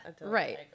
Right